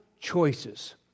choices